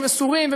מסורים,